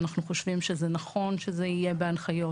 אנחנו חושבים שזה נכון שזה יהיה בהנחיות,